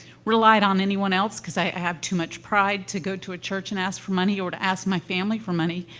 relied on anyone else because i i have too much pride to go to a church and ask for money or to ask my family for money.